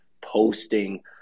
posting